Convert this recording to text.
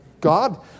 God